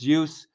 use